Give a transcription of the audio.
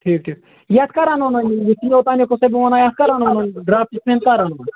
ٹھیٖک ٹھیٖک یَتھ کَر اَنہون وۅنۍ یہِ یوٚتانیُک اوسےَ بہٕ وَنان یَتھ کَر اَنہون ڈرافٹٕس مین کَر اَنہون